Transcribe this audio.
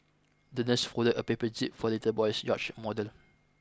the nurse folded a paper jib for the little boy's yacht model